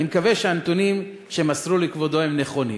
אני מקווה שהנתונים שמסרו לכבודו הם נכונים.